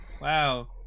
Wow